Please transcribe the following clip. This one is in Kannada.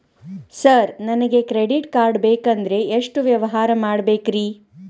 ಸರ್ ನನಗೆ ಕ್ರೆಡಿಟ್ ಕಾರ್ಡ್ ಬೇಕಂದ್ರೆ ಎಷ್ಟು ವ್ಯವಹಾರ ಮಾಡಬೇಕ್ರಿ?